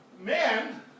man